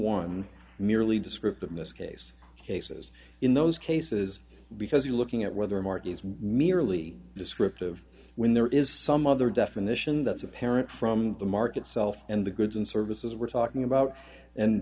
one merely descriptive in this case cases in those cases because you're looking at whether mark is merely descriptive when there is some other definition that's apparent from the market self and the goods and services we're talking about and